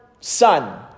son